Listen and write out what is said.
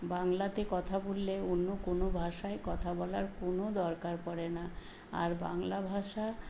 বাংলাতে কথা বললে অন্য কোনো ভাষায় কথা বলার কোনো দরকার পড়ে না আর বাংলা ভাষা